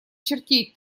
чертей